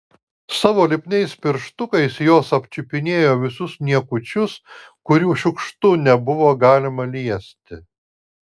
savo lipniais pirštukais jos apčiupinėjo visus niekučius kurių šiukštu nebuvo galima liesti